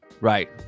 Right